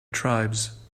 tribes